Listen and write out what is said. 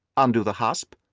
undo the hasp,